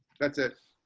that's it.